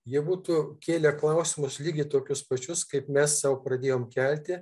jie būtų kėlę klausimus lygiai tokius pačius kaip mes sau pradėjom kelti